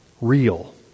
real